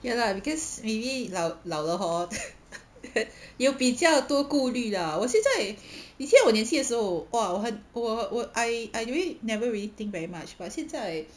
ya lah because really 老了老了 hor 有比较多顾虑啦我现在 以前我年轻的时候 !whoa! 我很我我我 I I really never think very much but 现在